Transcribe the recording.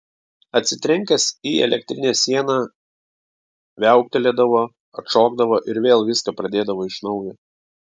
atsitrenkęs į elektrinę sieną viauktelėdavo atšokdavo ir vėl viską pradėdavo iš naujo